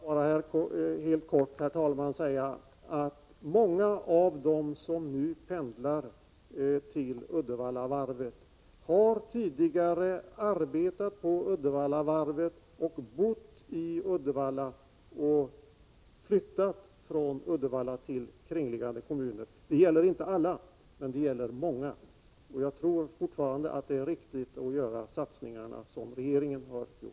Herr talman! Får jag bara helt kort säga att många av dem som nu pendlar till Uddevallavarvet tidigare bott i Uddevalla och arbetat på varvet men flyttat från Uddevalla till kringliggande kommuner. Det gäller inte alla, men många. Jag tror fortfarande att det är riktigt att göra satsningarna på det sätt som regeringen föreslår.